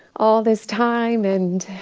all this time. and